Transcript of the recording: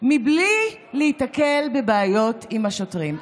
בלי להיתקל בבעיות עם השוטרים.